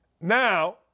Now